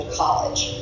college